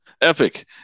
Epic